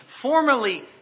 Formerly